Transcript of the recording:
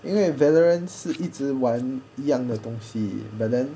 因为 veloren 是一直玩一样的东西 but then